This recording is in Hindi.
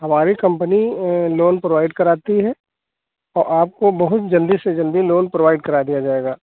हमारी कम्पनी लोन प्रोवाइड कराती है और आपको बहुत जल्दी से जल्दी लोन प्रोवाइड करा दिया जाएगा